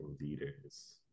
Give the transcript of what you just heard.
leaders